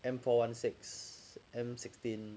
M four one six M sixteen